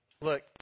Look